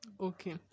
Okay